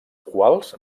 quals